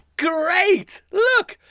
great! look,